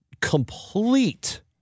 complete